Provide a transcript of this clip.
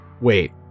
Wait